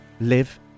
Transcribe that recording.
live